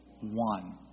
one